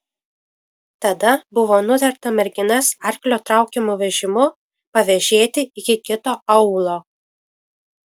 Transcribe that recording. tada buvo nutarta merginas arklio traukiamu vežimu pavėžėti iki kito aūlo